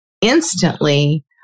Instantly